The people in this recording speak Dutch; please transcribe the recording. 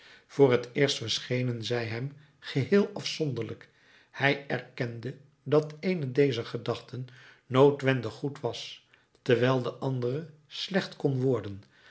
voor het eerst verschenen zij hem geheel afzonderlijk hij erkende dat eene dezer gedachten noodwendig goed was terwijl de andere slecht kon worden